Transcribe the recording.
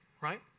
right